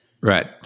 Right